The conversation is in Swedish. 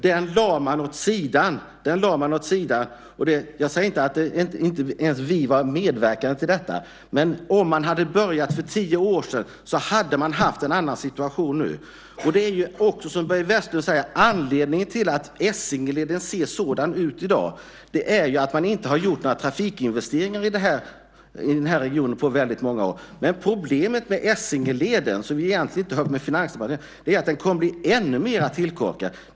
Den lades åt sidan. Jag säger inte att vi inte medverkade till det, men om man hade börjat för tio år sedan hade vi haft en annan situation nu. Som Börje Vestlund säger är anledningen till att Essingeleden i dag ser ut som den gör att man på många år inte gjort några trafikinvesteringar i den här regionen. Problemet med Essingeleden, som egentligen inte hör till Finansdepartementet, är att den kommer att bli ännu mer tillkorkad.